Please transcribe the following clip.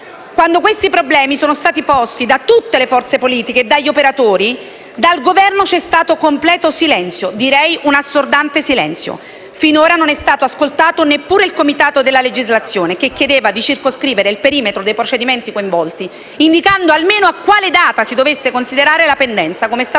Quando questi problemi sono stati posti da tutte le forze politiche e dagli operatori, da parte del Governo c'è stato completo silenzio, direi un assordante silenzio. Finora non è stato ascoltato neppure il Comitato per la legislazione, che chiedeva di circoscrivere il perimetro dei procedimenti coinvolti, indicando almeno a quale data si dovesse considerare la pendenza, come è stato